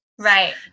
right